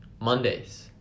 Mondays